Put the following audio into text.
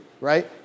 Right